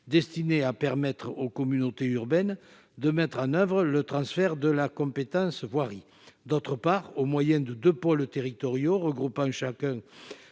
destinée à permettre aux communautés urbaines, de mettre en oeuvre le transfert de la compétence voirie, d'autre part, au moyen de 2 pôles territoriaux regroupant chacun